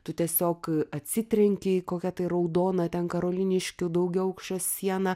tu tiesiog atsitrenki į kokią tai raudoną ten karoliniškių daugiaaukščio sieną